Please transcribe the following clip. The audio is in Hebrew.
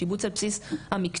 שיבוץ על בסיס המקצוע,